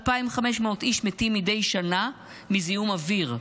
2,500 איש מתים מדי שנה מזיהום אוויר,